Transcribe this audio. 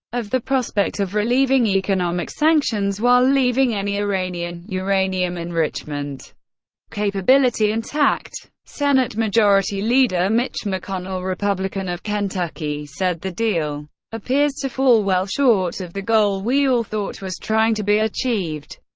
of the prospect of relieving economic sanctions while leaving any iranian uranium-enrichment capability intact. senate majority leader mitch mcconnell, republican of kentucky, said the deal appears to fall well short of the goal we all thought was trying to be achieved,